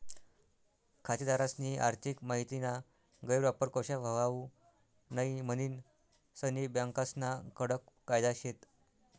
खातेदारस्नी आर्थिक माहितीना गैरवापर कशा व्हवावू नै म्हनीन सनी बँकास्ना कडक कायदा शेत